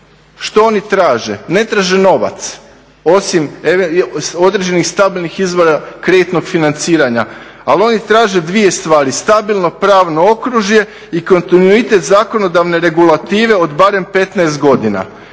što oni traže, ne traže novac, osim određenih stabilnih izvora kreditnog financiranja. Ali oni traže dvije stvari, stabilno pravno okružje i kontinuitet zakonodavne regulative od barem 15 godina.